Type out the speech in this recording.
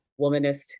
womanist